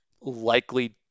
Likely